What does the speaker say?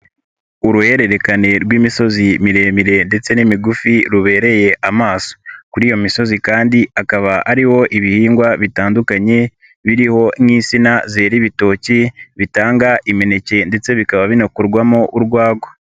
Uruhererekane rw'imisozi miremire ndetse n'imigufi rubereye amaso, kuri iyo misozi kandi akaba ari ho ibihingwa bitandukanye biriho nk'isina zera ibitoki bitanga imineke ndetse bikaba binakorwamo urwagwa.